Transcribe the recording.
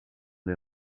les